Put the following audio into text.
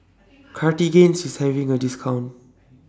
Cartigain IS having A discount